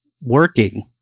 working